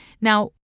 Now